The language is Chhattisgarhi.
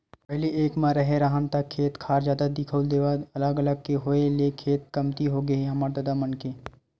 पहिली एक म रेहे राहन ता खेत खार जादा दिखउल देवय अलग अलग के होय ले खेत कमती होगे हे हमर ददा मन के